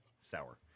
sour